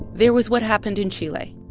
there was what happened in chile.